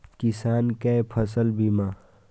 किसान कै फसल बीमा?